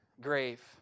grave